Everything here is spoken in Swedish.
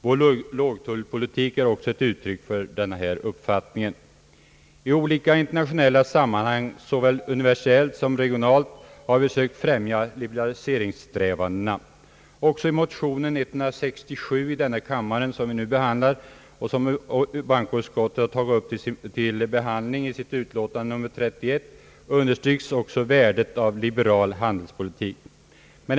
Vår lågtullpolitik är ett uttryck för denna uppfattning. I olika internationella sammanhang, såväl universellt som regionalt, har vi sökt främja liberaliseringssträvandena. Också i motionen nr 167 i denna kammare, som bankoutskottet har tagit upp till behandling i sitt utlåtande nr 31, understryks värdet av en liberal handelspolitik.